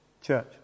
church